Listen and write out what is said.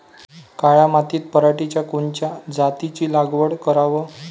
काळ्या मातीत पराटीच्या कोनच्या जातीची लागवड कराव?